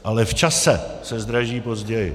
Ale v čase se zdraží později.